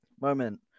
moment